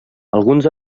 alguns